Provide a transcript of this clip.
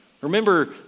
Remember